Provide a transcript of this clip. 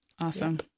awesome